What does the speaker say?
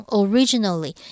originally